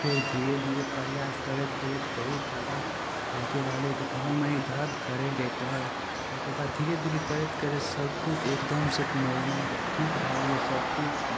फेर धीरे धीरे प्रयास करैत करैत बहुत जादा झुकै लागलै तऽ कनि मनी दरद करै रहै पर ओकरबाद धीरे धीरे करैत करैत सबकिछु एकदमसे नॉरमल ठीक भै गेलै सबकिछु